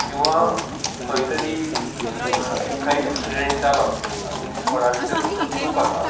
किंवा खंय तरी एक खंय एक्सिडंट जालो आनी कोणाली तरी तातूंत चूक आसा